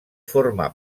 forma